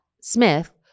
Smith